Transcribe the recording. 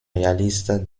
réaliste